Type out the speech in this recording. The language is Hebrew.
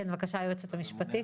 בבקשה, היועצת המשפטית.